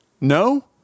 No